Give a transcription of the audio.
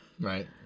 Right